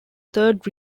third